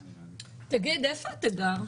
תגיד, איפה אתה גר?